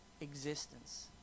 existence